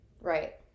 Right